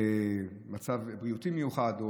מצב בריאותי מיוחד,